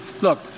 Look